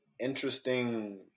interesting